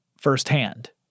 firsthand